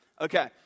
Okay